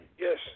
Yes